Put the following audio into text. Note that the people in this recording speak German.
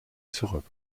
zurück